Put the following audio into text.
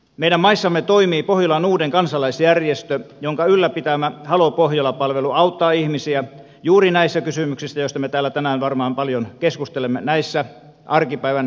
meidän maissamme toimii pohjola norden kansalaisjärjestö jonka ylläpitämä haloo pohjola palvelu auttaa ihmisiä juuri näissä kysymyksissä joista me täällä tänään varmaan paljon keskustelemme näissä arkipäivän rajaestekysymyksissä